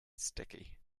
sticky